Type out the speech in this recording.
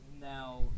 now